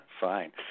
Fine